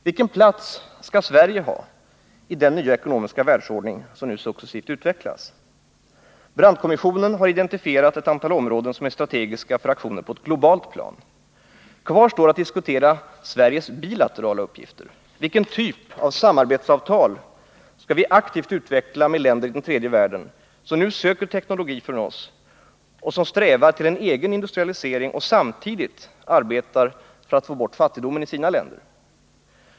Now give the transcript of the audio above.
Vilken plats skall Sverige ha i den nya ekonomiska världsordning som nu successivt utvecklas? Brandtkommissionen har identifierat ett antal områden som är strategiska för aktioner på ett globalt plan. Kvar står att diskutera Sveriges bilaterala uppgifter. Vilken typ av samarbetsavtal bör vi aktivt utveckla med länder i den tredje världen, som nu söker teknologi från oss och strävar till en egen industrialisering och samtidigt arbetar för att få bort fattigdomen i sina länder?